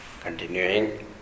Continuing